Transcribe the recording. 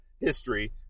history